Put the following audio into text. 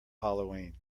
halloween